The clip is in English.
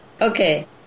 Okay